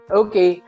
okay